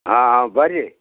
ಹಾಂ ಬರ್ರಿ